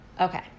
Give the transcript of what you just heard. okay